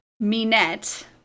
Minette